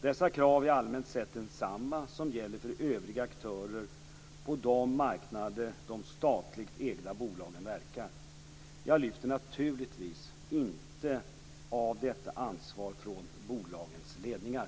Dessa krav är allmänt sett desamma som gäller för övriga aktörer på de marknader de statligt ägda bolagen verkar. Jag lyfter naturligtvis inte av detta ansvar från bolagens ledningar.